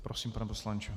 Prosím, pane poslanče.